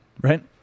right